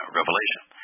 revelation